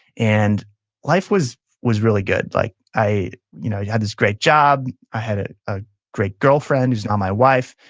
and life was was really good. like i you know had this great job. i had a ah great girlfriend, who's now my wife.